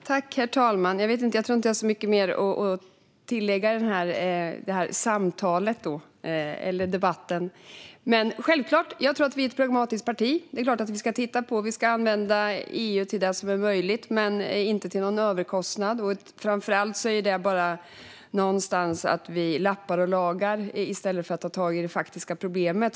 Herr talman! Jag tror inte att jag har så mycket mer att tillägga till samtalet eller debatten. Men jag tror att vi är ett pragmatiskt parti. Det är klart att vi ska titta på detta. Vi ska använda EU där det är möjligt - men inte till någon överkostnad. Framför allt är det bara att lappa och laga i stället för att ta tag i det faktiska problemet.